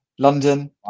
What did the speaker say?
London